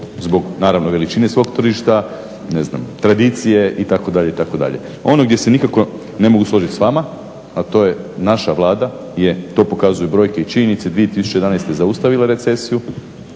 zbog naravno veličine svog tržišta, ne znam tradicije itd., itd. Ono gdje se nikako ne mogu složiti s vama, a to je naša Vlada, jer to pokazuju brojke i činjenice, 2011. zaustavila recesiju.